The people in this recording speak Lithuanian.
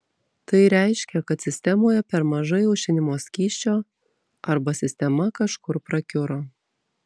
tai reiškia kad sistemoje per mažai aušinimo skysčio arba sistema kažkur prakiuro